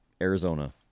Arizona